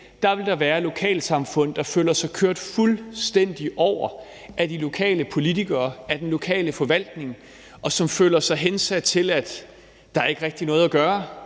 dag vil der være lokalsamfund, der føler sig kørt fuldstændig over af de lokale politikere og af den lokale forvaltning, og som føler sig hensat til, at der ikke rigtig er noget at gøre.